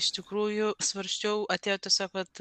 iš tikrųjų svarsčiau atėjo tiesiog vat